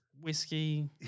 whiskey